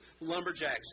lumberjacks